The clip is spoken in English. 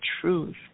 truth